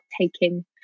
taking